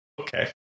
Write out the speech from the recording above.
Okay